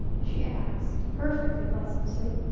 she asked, perfectly pleasantly.